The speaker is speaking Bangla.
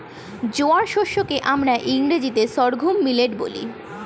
জোয়ার শস্য কে আমরা ইংরেজিতে সর্ঘুম মিলেট বলি